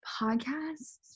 podcasts